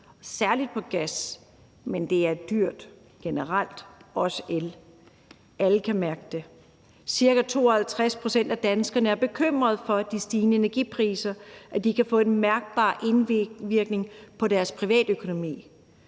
særlig på gas. Men det er generelt dyrt, også el. Alle kan mærke det. Ca. 52 pct. af danskerne er bekymrede for, at de stigende energipriser kan få en mærkbar indvirkning på deres privatøkonomi.